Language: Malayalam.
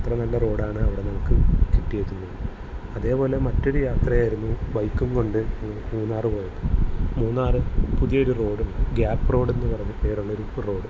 അത്ര നല്ല റോഡാണ് അവിടെ നമുക്ക് കിട്ടിയിരിക്കുന്നത് അതേപോലെ മറ്റൊരു യാത്രയായിരുന്നു ബൈക്കും കൊണ്ട് മൂന്നാർ പോയത് മൂന്നാർ പുതിയൊരു റോഡുണ്ട് ഗ്യാപ് റോഡ് എന്ന് പറഞ്ഞ് പേരുള്ള റോഡ്